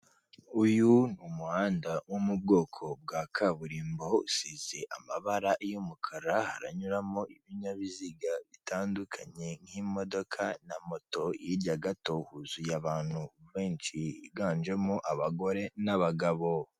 Uyu ni umuhanda wo mu bwoko bwa kaburimbo usize amabara y'umukara, haranyuramo ibinyabiziga bitandukanye nk'imodoka na moto, hirya gato huzuye abantu benshi higanjemo abagore n'abagabo.